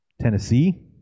tennessee